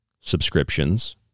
subscriptions